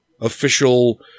official